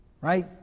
Right